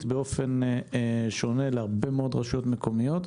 באופן שונה להרבה מאוד רשויות מקומיות.